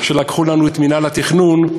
שלקחו לנו את מינהל התכנון,